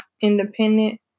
independent